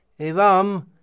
evam